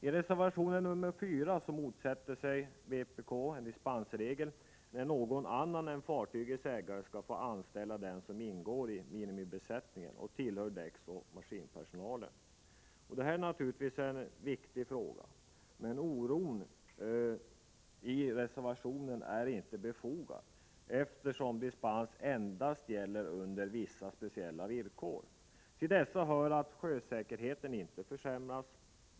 I reservation 4 motsätter sig vpk en dispensregel när någon annan än fartygets ägare skall få anställa dem som ingår i minimibesättningen och tillhör däcksoch maskinpersonalen. Detta är naturligtvis en viktig fråga, men oron i reservationen är inte befogad eftersom dispens endast gäller under vissa speciella villkor. Till dessa hör att sjösäkerheten inte försämras.